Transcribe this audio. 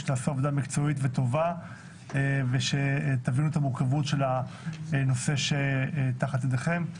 יודע שתעשו עבודה מקצועית וטובה ותבינו את המורכבות של הנושא שתחת ידכם.